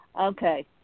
okay